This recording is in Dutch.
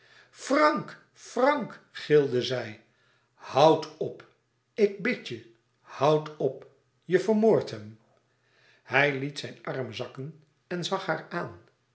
frank frank gilde zij houd op ik bid je houd op je vermoordt hem hij liet zijn arm zakken en zag haar aan